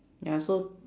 ya so